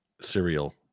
cereal